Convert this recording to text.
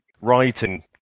writing